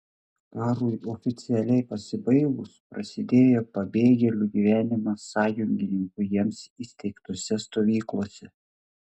karui oficialiai pasibaigus prasidėjo pabėgėlių gyvenimas sąjungininkų jiems įsteigtose stovyklose